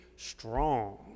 Strong